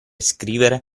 scrivere